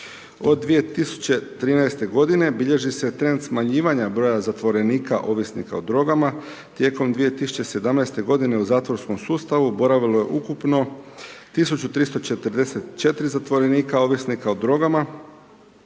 Od 2013. godine bilježi se trend smanjivanja broja zatvorenika ovisnika o drogama. Tijekom 2017. godine u zatvorskom sustavu boravilo je ukupno 1344 zatvorenika ovisnika o drogama